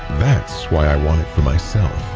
that's why i want it for myself.